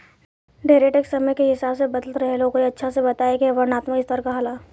ढेरे टैक्स समय के हिसाब से बदलत रहेला ओकरे अच्छा से बताए के वर्णात्मक स्तर कहाला